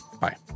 Bye